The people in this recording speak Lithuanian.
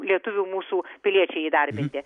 lietuvių mūsų piliečiai įdarbinti